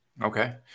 Okay